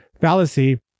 fallacy